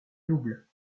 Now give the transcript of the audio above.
double